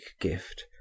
gift